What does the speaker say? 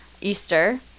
Easter